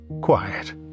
quiet